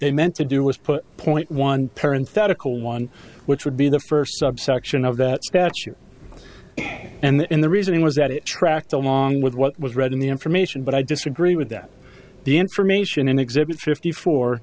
they meant to do was put point one parent that a cold one which would be the first subsection of that statute and the reasoning was that it tracked along with what was read in the information but i disagree with that the information in exhibit fifty four